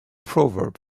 proverb